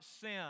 sin